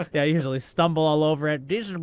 ah yeah, i usually stumble all over. and these are